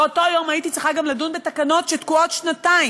באותו יום הייתי צריכה גם לדון בתקנות שתקועות שנתיים,